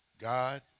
God